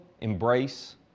embrace